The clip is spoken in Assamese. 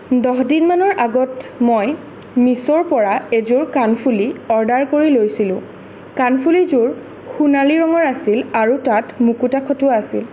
দহ দিন মানৰ আগত মই মিশ্ৱ'ৰ পৰা এযোৰ কাণফুলি অৰ্ডাৰ কৰি লৈছিলোঁ কাণফুলিযোৰ সোণালী ৰঙৰ আছিল আৰু তাত মুকুতা খটোৱা আছিল